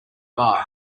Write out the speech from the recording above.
bar